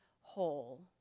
whole